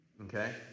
okay